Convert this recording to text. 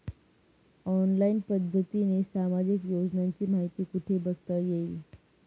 Online पद्धतीने सामाजिक योजनांची माहिती कुठे बघता येईल?